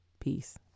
peace